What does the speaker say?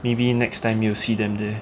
maybe next time you see them there